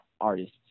artists